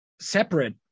separate